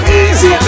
easy